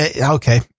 Okay